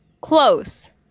Close